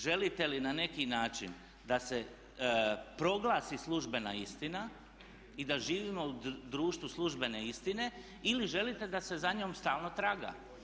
Želite li na neki način da se proglasi službena istina i da živimo u društvu službene istine ili želite da se za njom stalno traga.